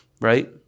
right